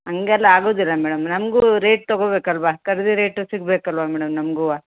ಹಂಗೆಲ್ಲ ಆಗೋದಿಲ್ಲ ಮೇಡಮ್ ನಮಗೂ ರೇಟ್ ತೊಗೋಬೇಕಲ್ವಾ ಖರೀದಿ ರೇಟು ಸಿಗಬೇಕಲ್ವಾ ಮೇಡಮ್ ನಮ್ಗೂ